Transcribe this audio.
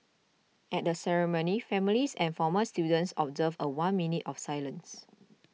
at the ceremony families and former students observed a one minute of silence